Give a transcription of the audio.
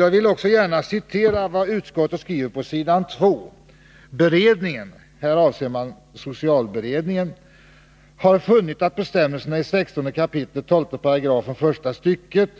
Jag vill också gärna citera vad utskottet skriver på s. 2 i sitt betänkande: ”Beredningen” — här avses socialberedningen — ”hade funnit att bestämmelserna i 16 kap. 12 § första stycket